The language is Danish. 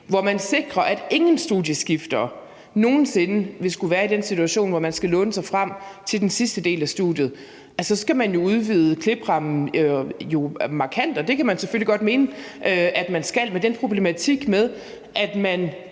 hvor man sikrer, at ingen studieskiftere nogen sinde vil skulle være i den situation, hvor man skal låne sig frem til den sidste del af studiet, så skal man jo udvide klippekortrammen markant. Det kan man selvfølgelig godt mene at man skal, men den problematik med, at man